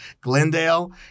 Glendale